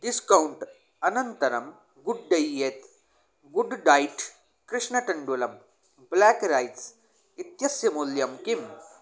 discount अनन्तरं good diet good diet कृष्णतण्डुळम् black rice इत्यस्य मूल्यं किम्